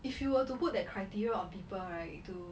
if you were to put that criteria on people right to